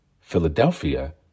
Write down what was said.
Philadelphia